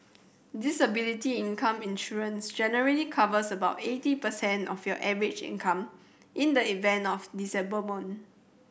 disability income insurance generally covers about eighty percent of your average income in the event of disablement